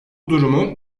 durumun